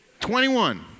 21